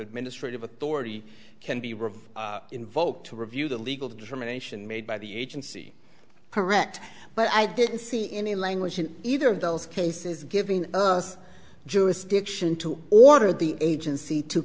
administrative authority can be revoked invoked to review the legal determination made by the agency correct but i didn't see any language in either of those cases giving us jurisdiction to order the agency to